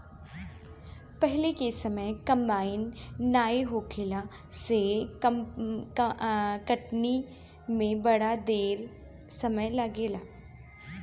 पहिले के समय कंबाइन नाइ होखला से कटनी में बड़ा ढेर समय लागे